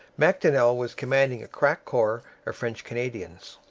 macdonell was commanding a crack corps of french canadians,